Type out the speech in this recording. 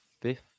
fifth